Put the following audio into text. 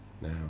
now